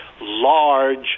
large